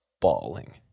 bawling